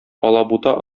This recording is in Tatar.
алабута